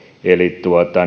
eli